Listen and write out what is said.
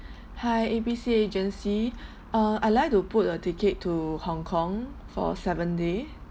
hi A B C agency uh I like to book a ticket to hong kong for seven day